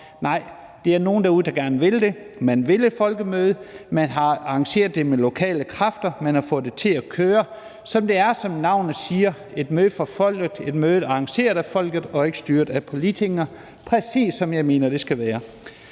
nej, der er nogle derude, der gerne vil det: Man vil et folkemøde, man har arrangeret det med lokale kræfter, man har fået det til at køre. Så det er, som navnet siger det, et møde for folket, et møde arrangeret af folket og ikke styret af politikere, præcis som jeg mener det skal være